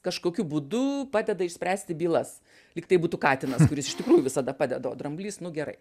kažkokiu būdu padeda išspręsti bylas lyg tai būtų katinas kuris iš tikrųjų visada padeda o dramblys nu gerai